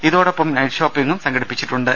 ഇതോ ടൊപ്പം നൈറ്റ് ഷോപ്പിംഗും സംഘടിപ്പിച്ചിട്ടുണ്ട്